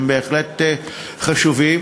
הם בהחלט חשובים,